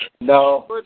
No